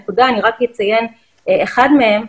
אני לא יודעת בני כמה הילדים שלך,